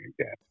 again